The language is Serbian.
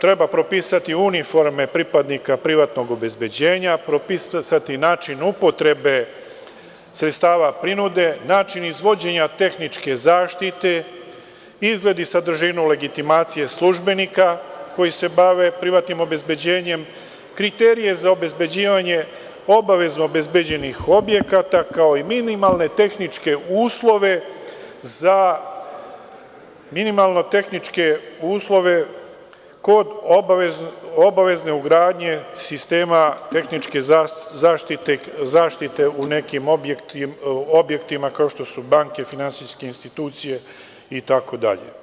Treba propisati uniforme pripadnika privatnog obezbeđenja, propisati način upotrebe sredstava prinude, način izvođenja tehničke zaštite, izgled i sadržinu legitimacije službenika koji se bave privatnim obezbeđenjem, kriterije za obezbeđivanje obavezno obezbeđenih objekata, kao i minimalne tehničke uslove kod obavezne ugradnje sistema tehničke zaštite u nekim objektima kao što su banke, finansijske institucije itd.